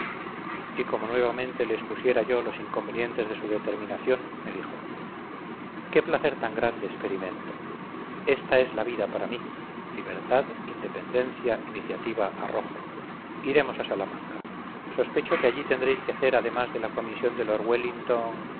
y como nuevamente le expusiera yo los inconvenientes de su determinación me dijo qué placer tan grande experimento esta es la vida para mí libertad independencia iniciativa arrojo iremos a salamanca sospecho que allí tendréis que hacer además de la comisión de lord